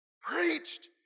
Preached